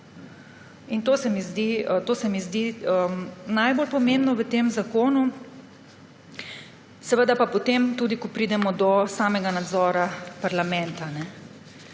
To se mi zdi najbolj pomembno v tem zakonu, seveda pa potem tudi, ko pridemo do samega nadzora parlamenta.